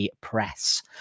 press